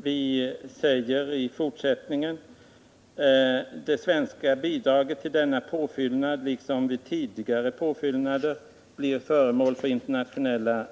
Som vi säger i fortsättningen ”får dock det svenska bidraget till denna påfyllnad, som liksom vid tidigare påfyllnader blir föremål för internationella